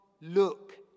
look